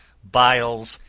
biles,